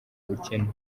bukene